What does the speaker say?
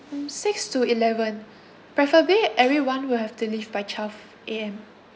um six to eleven preferably everyone will have to leave by twelve A_M